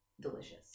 delicious